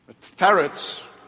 Ferrets